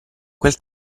quel